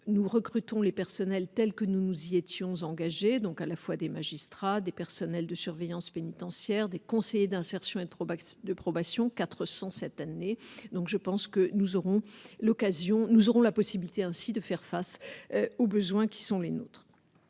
nous recrutons les personnels tels que nous nous y étions engagés, donc à la fois des magistrats, des personnels de surveillance pénitentiaire des conseillers d'insertion et de probation de probation 400 cette année, donc je pense que nous aurons l'occasion nous aurons la possibilité ainsi de faire face aux besoins qui sont les nôtres,